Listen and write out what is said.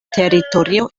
teritorio